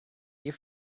you